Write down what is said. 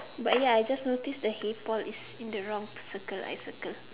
but ya I just noticed the head it's in the wrong circle I circled